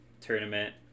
tournament